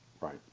Right